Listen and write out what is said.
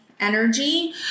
energy